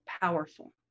powerful